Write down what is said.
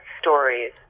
stories